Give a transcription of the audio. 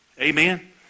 Amen